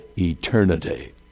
eternity